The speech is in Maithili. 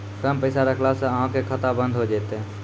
कम पैसा रखला से अहाँ के खाता बंद हो जैतै?